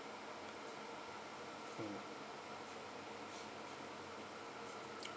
mm